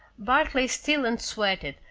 bart lay still and sweated,